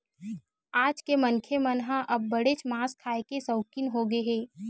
आज के मनखे मन ह अब्बड़ेच मांस खाए के सउकिन होगे हे